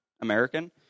American